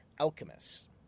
alchemists